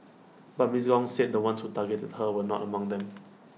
but miss Gong said the ones who targeted her were not among them